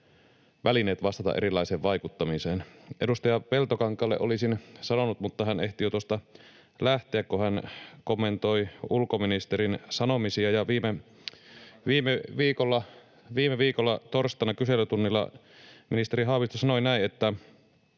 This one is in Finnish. välineet vastata erilaisiin vaikuttamisiin. Edustaja Peltokankaalle olisin sanonut — mutta hän ehti jo tuosta lähteä — siitä, kun hän kommentoi ulkoministerin sanomisia. Viime viikolla torstaina kyselytunnilla ministeri Haavisto sanoi näin, että